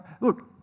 Look